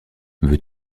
veux